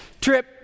trip